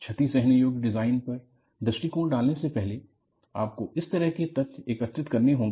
क्षती सहने योग्य डिजाइन पर दृष्टिकोण डालने से पहले आपको इस तरह के तथ्य एकत्रित करने होंगे